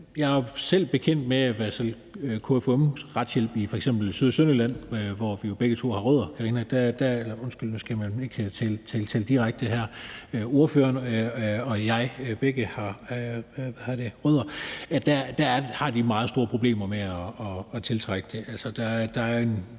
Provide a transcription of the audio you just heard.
Jeg er selv bekendt med KFUM's retshjælp i f.eks. Syd- og Sønderjylland, hvor vi jo begge to har rødder – undskyld, nu skal man jo ikke bruge direkte tiltale her – men hvor ordføreren og jeg begge har rødder, og der har de meget store problemer med at tiltrække dem.